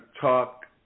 talk